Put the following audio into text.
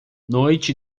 noite